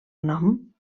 nom